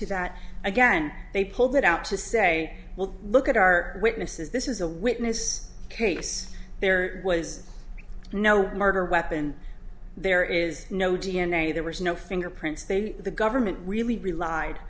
to that again they pulled it out to say well look at our witnesses this is a witness case there was no murder weapon there is no d n a there was no fingerprints they the government really relied